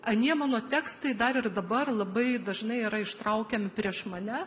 anie mano tekstai dar ir dabar labai dažnai yra ištraukiami prieš mane